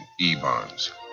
E-bonds